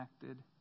connected